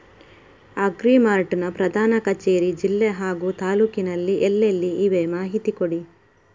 Agri Mart ನ ಪ್ರಧಾನ ಕಚೇರಿ ಜಿಲ್ಲೆ ಹಾಗೂ ತಾಲೂಕಿನಲ್ಲಿ ಎಲ್ಲೆಲ್ಲಿ ಇವೆ ಮಾಹಿತಿ ಕೊಡಿ?